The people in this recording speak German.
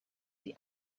die